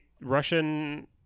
Russian